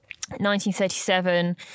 1937